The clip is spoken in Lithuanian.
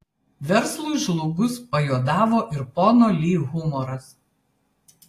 verslui žlugus pajuodavo ir pono li humoras